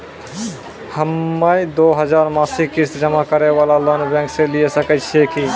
हम्मय दो हजार मासिक किस्त जमा करे वाला लोन बैंक से लिये सकय छियै की?